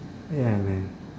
ya man